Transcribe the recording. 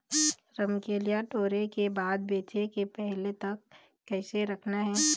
रमकलिया टोरे के बाद बेंचे के पहले तक कइसे रखना हे?